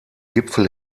gipfel